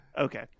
Okay